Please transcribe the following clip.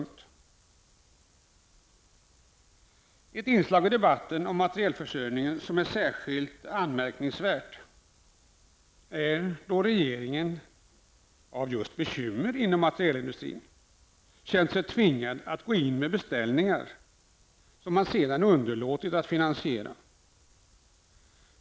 Ett inslag i debatten om materielförsörjningen som är särskilt anmärkningsvärt är att regeringen på grund av bekymmer inom materielindustrin känt sig tvingad gå in med beställningar som man sedan inte finansierat.